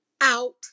out